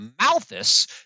Malthus